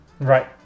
Right